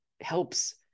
helps